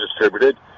distributed